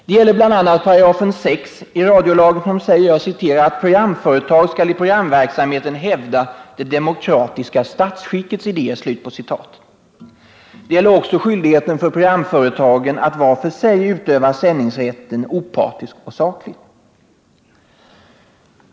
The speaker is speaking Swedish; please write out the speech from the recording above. Det gäller bl.a. bestämmelsen i 6 § i radiolagen, som säger: ”Programföretag skall i programverksamheten hävda det demokratiska statsskickets grundidéer—--.” Det gäller också skyldigheten för programföretagen att var för sig utöva sändningsrätten opartiskt och sakligt.